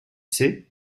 sais